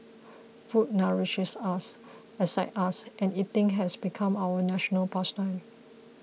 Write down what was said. food nourishes us excites us and eating has become our national past time